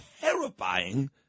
terrifying